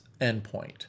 Endpoint